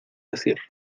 decir